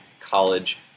College